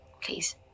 Please